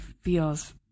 feels